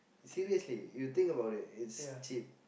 seriously you think about it it's cheap